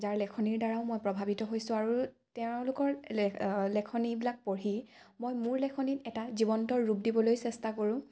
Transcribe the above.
যাৰ লেখনিৰ দ্বাৰাও মই প্ৰভাৱিত হৈছোঁ আৰু তেওঁলোকৰ লেখনিবিলাক পঢ়ি মই মোৰ লেখনিক এটা জীৱন্ত ৰূপ দিবলৈ চেষ্টা কৰোঁ